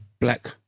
black